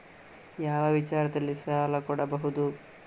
ಯಾವ ವಿಚಾರದಲ್ಲಿ ಸಾಲ ಕೊಡಬಹುದು?